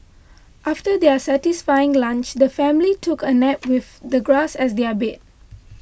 after their satisfying lunch the family took a nap with the grass as their bed